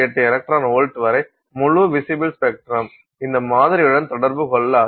8 electron volt வரை முழு visible spectrum இந்த மாதிரியுடன் தொடர்பு கொள்ளாது